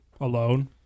alone